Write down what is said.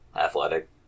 athletic